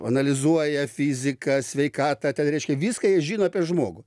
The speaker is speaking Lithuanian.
analizuoja fiziką sveikatą ten reiškia viską jie žino apie žmogų